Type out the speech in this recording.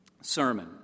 sermon